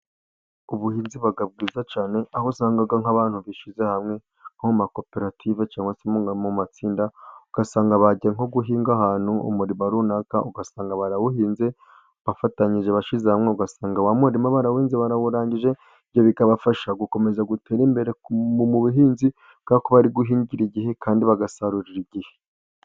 ubuhinzi buba bwiza cyane aho usanga nk'abantu bishyize hamwe nko mu makoperative cyangwa se mu matsinda, ugasanga bajya nko guhinga ahantu umurima runaka, ugasanga barawuhinze bafatanyije bashize hamwe, ugasanga umurima barawuhinze barawurangije ibyo bikabafasha gukomeza gutera imbere mu buhinzi ko bari guhingira igihe kandi bagasarurira igihe.